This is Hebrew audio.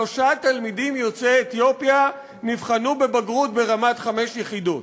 שלושה תלמידים יוצאי אתיופיה נבחנו בבגרות ברמת חמש יחידות.